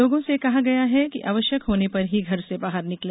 लोगों से कहा गया है कि आवश्यक होने पर ही घर से बाहर निकले